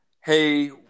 hey